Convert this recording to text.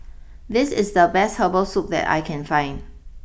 this is the best Herbal Soup that I can find